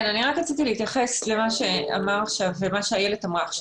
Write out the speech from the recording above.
רציתי להתייחס למה שאיילת אמרה עכשיו.